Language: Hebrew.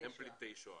הם פליטי שואה,